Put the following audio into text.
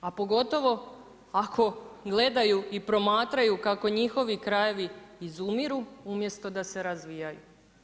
A pogotovo ako gledaju i promatraju kako njihovi krajevi izumiru umjesto da se razvijaju.